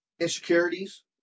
insecurities